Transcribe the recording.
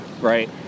right